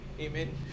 Amen